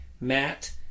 Matt